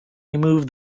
remove